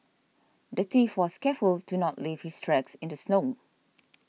the thief was careful to not leave his tracks in the snow